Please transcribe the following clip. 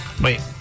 Wait